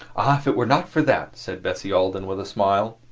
ah, if it were not for that! said bessie alden with a smile.